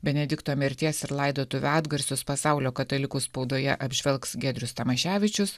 benedikto mirties ir laidotuvių atgarsius pasaulio katalikų spaudoje apžvelgs giedrius tamaševičius